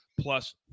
plus